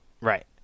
Right